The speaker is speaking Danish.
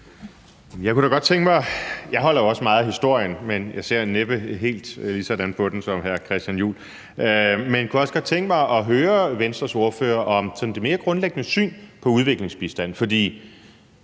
jeg kunne også godt tænke mig at høre Venstres ordfører om sådan det mere grundlæggende syn på udviklingsbistand.